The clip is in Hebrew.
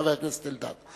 חבר הכנסת אלדד.